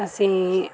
ਅਸੀਂ